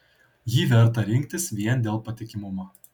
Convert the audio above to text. jį verta rinktis vien dėl patikimumo